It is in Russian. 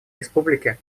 республике